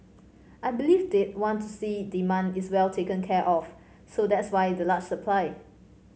I believe they'd want to see demand is well taken care of so that's why the large supply